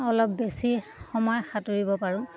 অলপ বেছি সময় সাঁতুৰিব পাৰোঁ